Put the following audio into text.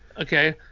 Okay